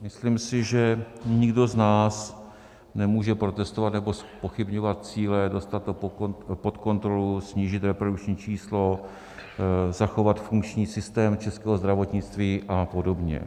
Myslím si, že nikdo z nás nemůže protestovat nebo zpochybňovat cíle dostat to pod kontrolu, snížit reprodukční číslo, zachovat funkční systém českého zdravotnictví a podobně.